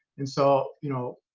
and so, you know,